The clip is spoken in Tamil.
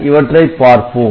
இவற்றைப் பார்ப்போம்